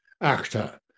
actor